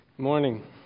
Morning